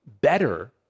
better